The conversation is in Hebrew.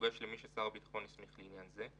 תוגש למי ששר הביטחון הסמיך לעניין זה.